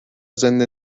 زنده